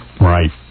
Right